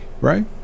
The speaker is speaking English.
right